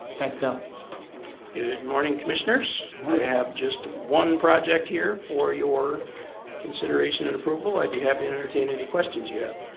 thanks bill good morning commissioners i have just one project here for your consideration and approval i'd be happy to entertain any questions you have